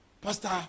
pastor